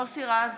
מוסי רז,